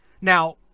Now